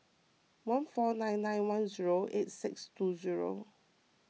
one four nine nine one zero eight six two zero